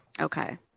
Okay